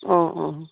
অঁ অঁ